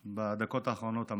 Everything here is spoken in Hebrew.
שאמרת בדקות האחרונות.